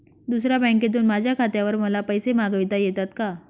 दुसऱ्या बँकेतून माझ्या खात्यावर मला पैसे मागविता येतात का?